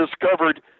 discovered